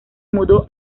mudó